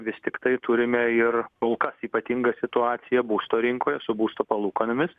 vis tiktai turime ir kolkas ypatingą situaciją būsto rinkoje su būsto palūkanomis